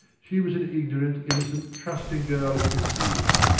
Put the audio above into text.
she was an ignorant, innocent, trusting girl of fifteen.